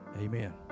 Amen